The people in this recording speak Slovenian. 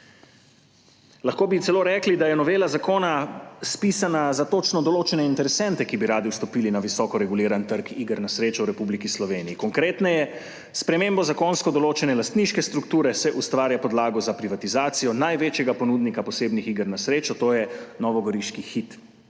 Lahko bi celo rekli, da je novela zakona spisana za točno določene interesente, ki bi radi vstopili na visoko reguliran trg iger na srečo v Republiki Sloveniji. Konkretneje, s spremembo zakonsko določene lastniške strukture se ustvarja podlago za privatizacijo največjega ponudnika posebnih iger na srečo, to je novogoriški Hit,